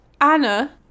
Anna